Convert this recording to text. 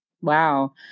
Wow